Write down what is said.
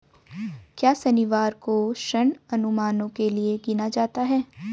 क्या शनिवार को ऋण अनुमानों के लिए गिना जाता है?